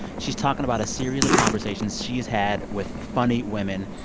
she's talking about a series of conversations she's had with funny women,